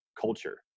culture